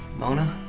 mona?